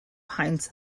heinz